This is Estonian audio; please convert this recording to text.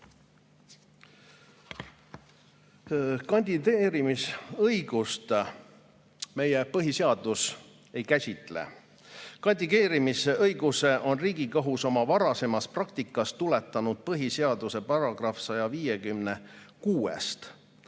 Kandideerimisõigust meie põhiseadus ei käsitle. Kandideerimisõiguse on Riigikohus oma varasemas praktikas tuletanud põhiseaduse §‑st 156.